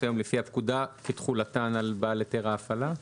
היום לפי הפקודה כתחולתן על בעל היתר ההפעלה?